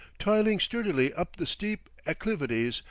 toiling sturdily up the steep acclivities,